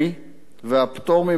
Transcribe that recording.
והפטור ממס הכנסה,